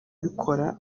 bikora